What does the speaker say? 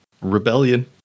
Rebellion